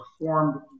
performed